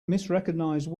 misrecognized